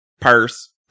Purse